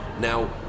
Now